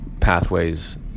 pathways